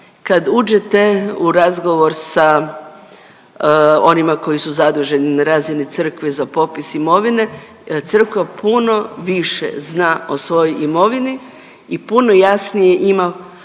kad uđete u razgovor sa onima koji su zaduženi na razini crkve za popis imovine, crkva puno više zna o svojoj imovini i puno jasnije ima